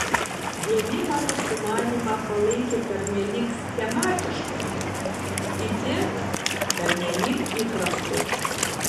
vieni mano sumanymą palaikė pernelyg schematišku kiti pernelyg įprastu